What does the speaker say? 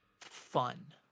fun